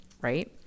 right